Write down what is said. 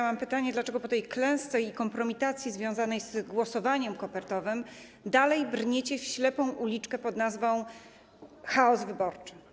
Mam pytanie, dlaczego po tej klęsce i kompromitacji związanej z głosowaniem kopertowym dalej brniecie w ślepą uliczkę pod nazwą: chaos wyborczy.